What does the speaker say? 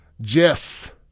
Jess